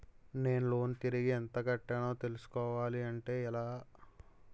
నేను లోన్ తిరిగి ఎంత కట్టానో తెలుసుకోవాలి అంటే ఎలా?